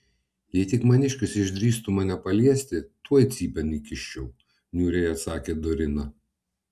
jei tik maniškis išdrįstų mane paliesti tuoj cypėn įkiščiau niūriai atsakė dorina